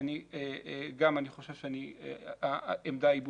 גם אני חושב שהעמדה היא ברורה.